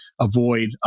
avoid